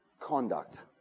conduct